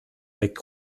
weckt